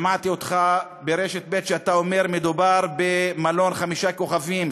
שמעתי אותך ברשת ב' אומר: מדובר במלון חמישה כוכבים,